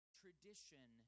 tradition